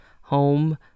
home